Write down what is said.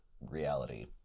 reality